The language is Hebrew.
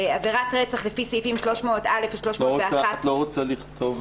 את לא רוצה לכתוב: